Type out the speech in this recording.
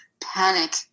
panic